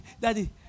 Daddy